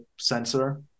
sensor